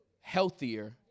healthier